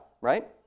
right